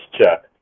check